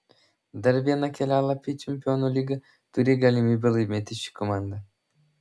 dar vieną kelialapį į čempionų lygą turi galimybę laimėti ši komanda